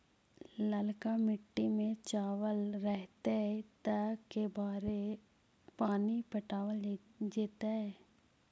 ललका मिट्टी में चावल रहतै त के बार पानी पटावल जेतै?